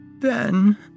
Ben